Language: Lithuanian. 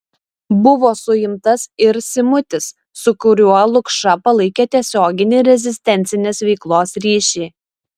buvo suimtas ir simutis su kuriuo lukša palaikė tiesioginį rezistencinės veiklos ryšį